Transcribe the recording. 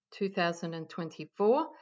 2024